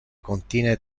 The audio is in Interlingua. contine